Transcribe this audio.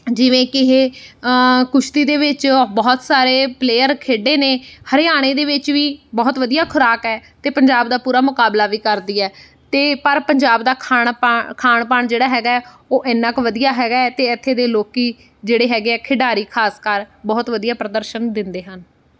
ਜਿਵੇਂ ਕਿ ਇਹ ਕੁਸ਼ਤੀ ਦੇ ਵਿੱਚ ਬਹੁਤ ਸਾਰੇ ਪਲੇਅਰ ਖੇਡੇ ਨੇ ਹਰਿਆਣੇ ਦੇ ਵਿੱਚ ਵੀ ਬਹੁਤ ਵਧੀਆ ਖੁਰਾਕ ਹੈ ਅਤੇ ਪੰਜਾਬ ਦਾ ਪੂਰਾ ਮੁਕਾਬਲਾ ਵੀ ਕਰਦੀ ਹੈ ਅਤੇ ਪਰ ਪੰਜਾਬ ਦਾ ਖਾਣ ਪਾਣ ਖਾਣ ਪਾਣ ਜਿਹੜਾ ਹੈਗਾ ਉਹ ਇੰਨਾ ਕੁ ਵਧੀਆ ਹੈਗਾ ਅਤੇ ਇੱਥੇ ਦੇ ਲੋਕ ਜਿਹੜੇ ਹੈਗੇ ਖਿਡਾਰੀ ਖਾਸ ਕਰ ਬਹੁਤ ਵਧੀਆ ਪ੍ਰਦਰਸ਼ਨ ਦਿੰਦੇ ਹਨ